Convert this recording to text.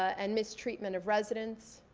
and mistreatment of residents.